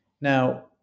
Now